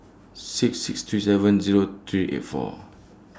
six six three seven Zero three eight four